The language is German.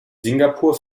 singapur